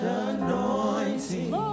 anointing